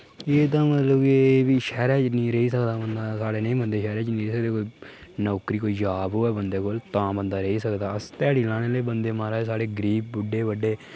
एह्दा मतलब कि एह् भी शैह्रै च नेईं रेही सकदा बंदा साढ़े नेह् बंदे शैह्रै च नेईं रेही सकदे कोई नौकरी कोई जाब होऐ बंदे कोल तां बंदा रेही सकदा अस ध्याड़ी लाने आह्ले बंदे मा'राज साढ़े गरीब बुड्ढे बड्ढे